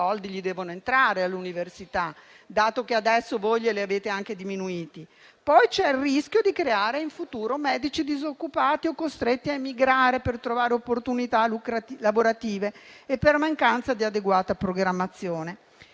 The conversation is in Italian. poi il rischio di creare in futuro medici disoccupati o costretti a emigrare per trovare opportunità lavorative o per mancanza di adeguata programmazione,